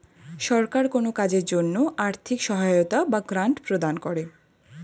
সরকার কোন কাজের জন্য আর্থিক সহায়তা বা গ্র্যান্ট প্রদান করে